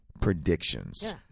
Predictions